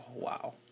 Wow